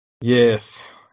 Yes